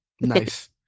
Nice